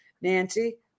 Nancy